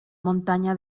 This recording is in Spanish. montaña